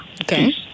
Okay